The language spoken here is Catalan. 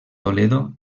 toledo